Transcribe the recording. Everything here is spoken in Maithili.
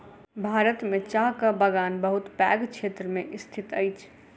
भारत में चाहक बगान बहुत पैघ क्षेत्र में स्थित अछि